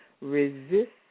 Resist